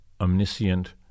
omniscient